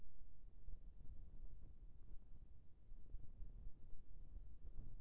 हमर लायक का का सामाजिक योजना हे, ओकर जानकारी कइसे मील सकत हे?